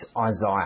Isaiah